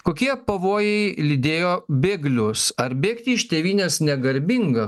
kokie pavojai lydėjo bėglius ar bėgti iš tėvynės negarbinga